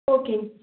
okay